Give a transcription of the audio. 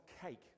cake